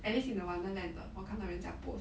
alice in the wonderland 的我看到人家 post